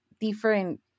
different